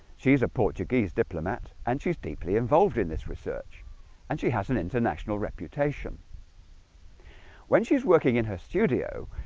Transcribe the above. she's a portuguese diplomat, and she's deeply involved in this research and she has an international reputation when she's working in her studio.